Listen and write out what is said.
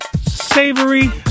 savory